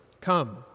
come